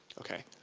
ok,